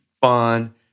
fun